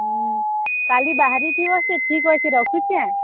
ହୁଁ କାଲି ବାହାରିଥିବ ସେ ଠିକ୍ ଅଛେ ରଖୁଛେଁ